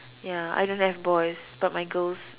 ya I don't have boys but my girls